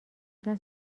اصلا